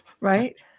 right